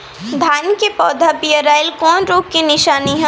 धान के पौधा पियराईल कौन रोग के निशानि ह?